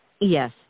Yes